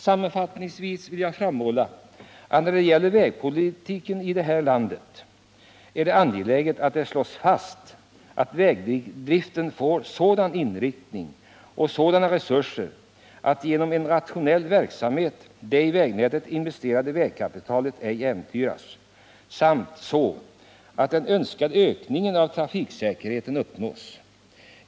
Sammanfattningsvis vill jag framhålla att det när det gäller vägpolitiken i det här landet är angeläget att det slås fast att vägdriften får en sådan inriktning och sådana resurser att genom en rationell verksamhet det i vägnätet investerade kapitalet ej äventyras samt att den önskade ökningen av trafiksäkerheten uppnås.